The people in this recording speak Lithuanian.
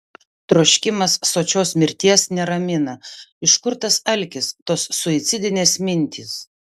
troškimas sočios mirties neramina iš kur tas alkis tos suicidinės mintys